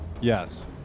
Yes